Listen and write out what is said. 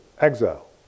exile